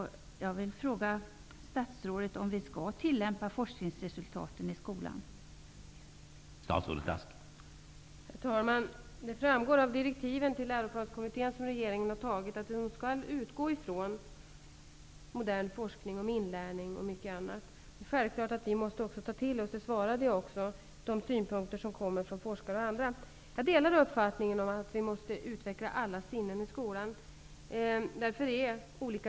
Skall vi tillämpa forskningsresultaten i skolan, statsrådet?